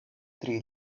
tri